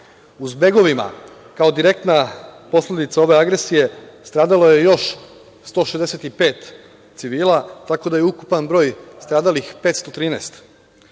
U zbegovima, kao direktna posledica ove agresije stradalo je još 165 civila, tako da je ukupan broj stradalih 513.